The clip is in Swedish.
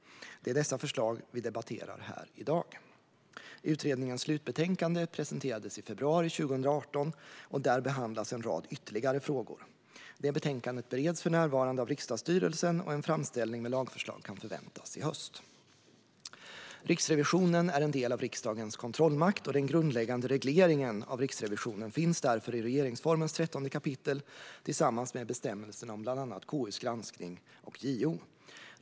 Det är dessa förslag som vi debatterar här i dag. Utredningens slutbetänkande presenterades i februari 2018, och där behandlas en rad ytterligare frågor. Det betänkandet bereds för närvarande av riksdagsstyrelsen, och en framställning med lagförslag kan förväntas i höst. Riksrevisionen är en del av riksdagens kontrollmakt, och den grundläggande regleringen av Riksrevisionen finns därför i regeringsformens 13 kap. tillsammans med bestämmelserna om bland annat KU:s granskning och JO.